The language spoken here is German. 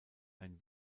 ein